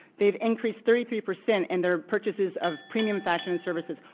they've increased thirty three percent in their purchases of premium fashion and services,